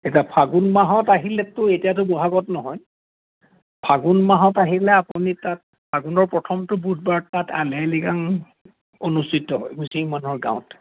এতিয়া ফাগুন মাহত আহিলেতো এতিয়াতো বহাগত নহয় ফাগুন মাহত আহিলে আপুনি তাত ফাগুনৰ প্ৰথমটো বুধবাৰ তাত আলি আই লৃগাং অনুষ্ঠিত হয় মিচিং মানুহৰ গাঁৱত